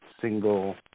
single